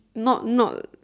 not not